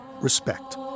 respect